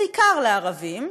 בעיקר לערבים,